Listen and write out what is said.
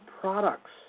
Products